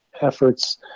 efforts